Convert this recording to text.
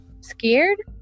scared